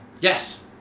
yes